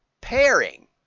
pairing